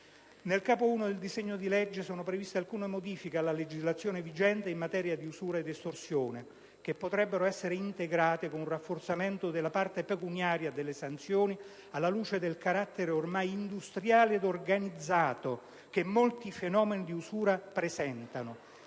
Nel Capo I del disegno di legge in esame sono previste alcune modifiche alla legislazione vigente in materia di usura e di estorsione che potrebbero essere integrate con un rafforzamento della parte pecuniaria delle sanzioni, alla luce del carattere ormai "industriale" ed organizzato che molti fenomeni di usura presentano.